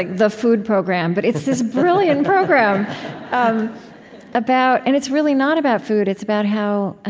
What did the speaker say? the food programme. but it's this brilliant program um about and it's really not about food, it's about how ah